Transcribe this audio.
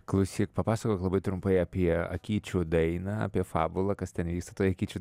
klausyk papasakok labai trumpai apie akyčių dainą apie fabulą kas ten vyksta toj akyčių